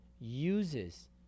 uses